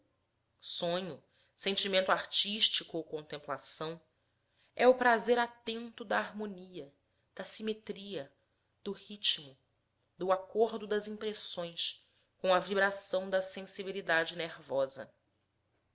sonho sentimento artístico ou contemplação é o prazer atento da harmonia da simetria do ritmo do acordo das impressões com a vibração da sensibilidade nervosa